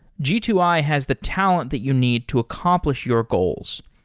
g two i has the talent that you need to accomplish your goals.